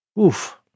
Oof